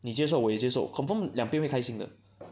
你接受我也接受 confirm 两边会开心的